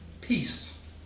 peace